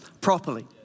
properly